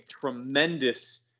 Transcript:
tremendous